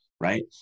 right